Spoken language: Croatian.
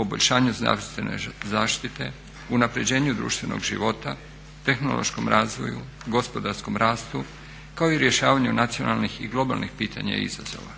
poboljšanju zdravstvene zaštite, unapređenju društvenog života, tehnološkom razvoju, gospodarskom rastu kao i rješavanju nacionalnih i globalnih pitanja i izazova.